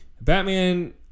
Batman